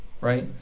Right